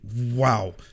Wow